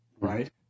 right